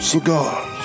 Cigars